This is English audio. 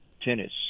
tennis